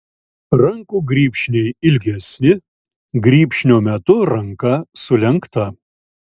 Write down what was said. rankų grybšniai ilgesni grybšnio metu ranka sulenkta